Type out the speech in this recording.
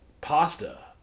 pasta